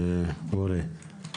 אורי,